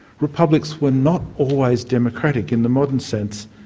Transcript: republics were not always democratic in the modern sense,